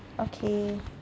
okay